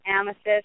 amethyst